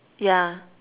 yeah